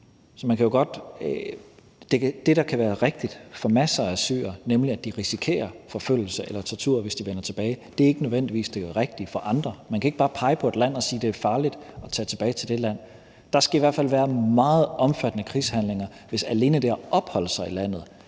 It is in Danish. Det, der kan være rigtigt for masser af syrere, nemlig at de risikerer forfølgelse eller tortur, hvis de vender tilbage, er ikke nødvendigvis det rigtige for andre. Man kan ikke bare pege på et land og sige, det er farligt at tage tilbage til det land. Der skal i hvert fald være nogle meget omfattende krigshandlinger, hvis alene det at opholde sig i landet